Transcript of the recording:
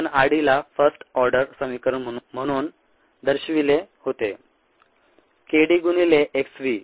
आपण r d ला first order समीकरण म्हणून दर्शविले होते k d गुणिले x v